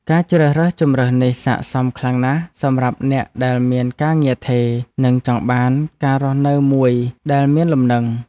ការជ្រើសរើសជម្រើសនេះស័ក្តិសមខ្លាំងណាស់សម្រាប់អ្នកដែលមានការងារថេរនិងចង់បានការរស់នៅមួយដែលមានលំនឹង។